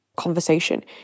conversation